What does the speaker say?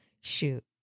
Shoot